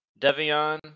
Devion